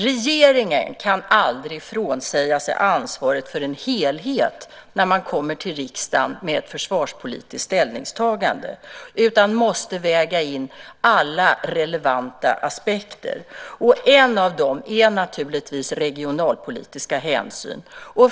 Regeringen kan aldrig frånsäga sig ansvaret för en helhet när man kommer till riksdagen med ett försvarspolitiskt ställningstagande utan måste väga in alla relevanta aspekter. En av dem är regionalpolitiska hänsyn.